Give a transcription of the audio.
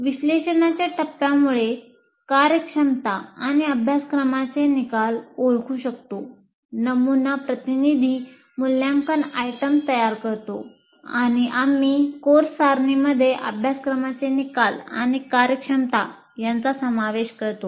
विश्लेषणाचा टप्प्यामुळे कार्यक्षमता आणि अभ्यासक्रमाचे निकाल ओळखू शकतो नमुना प्रतिनिधी मूल्यांकन आयटम तयार करतो आणि आम्ही कोर्स सारणीमध्ये अभ्यासक्रमाचे निकाल आणि कार्यक्षमता यांचा समावेश करतो